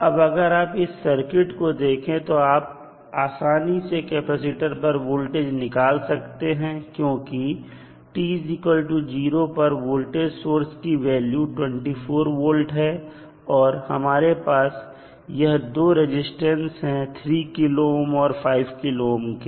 अब अगर आप इस सर्किट को देखें तो आप आसानी से कैपेसिटर पर वोल्टेज निकाल सकते हैं क्योंकि t0 पर वोल्टेज सोर्स की वैल्यू 24 volt है और हमारे पास यह दो रेजिस्टेंस हैं 3 K ohm और 5 K ohm के